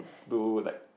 to like